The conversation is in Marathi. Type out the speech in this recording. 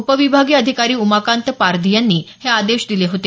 उपविभागीय अधिकारी उमाकांत पारधी यांनी हे आदेश दिले होते